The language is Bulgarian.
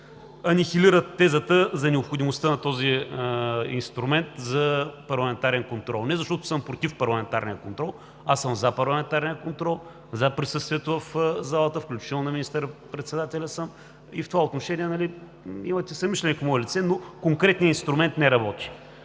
анихилират тезата за необходимостта на този инструмент за парламентарен контрол, не защото съм против парламентарния контрол, аз съм за парламентарния контрол, за присъствието в залата, включително на министър-председателя. В това отношение имате съмишленик в мое лице, но конкретният инструмент не работи.